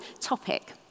topic